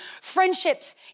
friendships